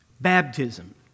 baptism